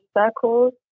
circles